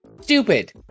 stupid